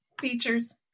features